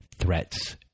threats